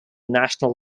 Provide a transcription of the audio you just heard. national